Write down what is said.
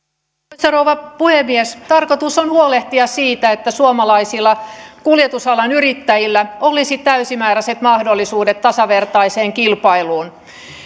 arvoisa rouva puhemies tarkoitus on huolehtia siitä että suomalaisilla kuljetusalan yrittäjillä olisi täysimääräiset mahdollisuudet tasavertaiseen kilpailuun